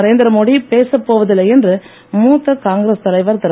நரேந்திரமோடி பேசப் போவதில்லை என்று மூத்த காங்கிரஸ் தலைவர் திரு